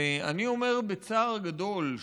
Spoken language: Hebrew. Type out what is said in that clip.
ואני אומר בצער גדול,